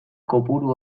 kopuru